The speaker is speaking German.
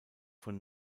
von